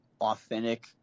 authentic